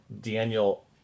Daniel